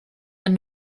wenn